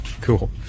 Cool